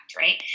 right